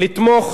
לתמוך